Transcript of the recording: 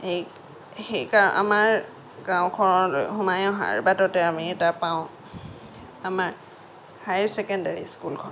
সেই সেইকাৰণে আমাৰ গাঁওখনত সোমাই অহাৰ বাটতে আমি এটা পাওঁ আমাৰ হায়াৰ চেকেণ্ডাৰী স্কুলখন